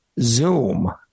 Zoom